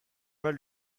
mal